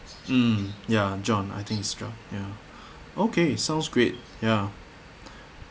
hmm ya john I think is john ya okay it sounds great ya